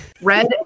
red